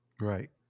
Right